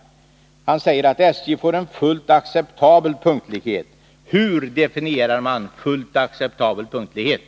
Han säger där att ”SJ får en fullt acceptabel punktlighet”. Hur definierar man uttrycket ”fullt acceptabel punktlighet”?